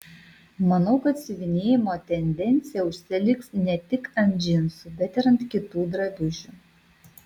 manau kad siuvinėjimo tendencija užsiliks ne tik ant džinsų bet ir ant kitų drabužių